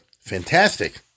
fantastic